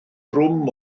drwm